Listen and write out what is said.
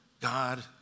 God